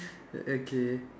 okay